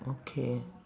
okay